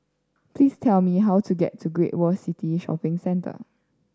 please tell me how to get to Great World City Shopping Centre